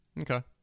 Okay